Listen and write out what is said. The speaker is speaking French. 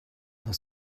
dans